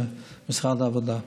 למשרד העבודה.